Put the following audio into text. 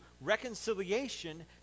reconciliation